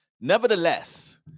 nevertheless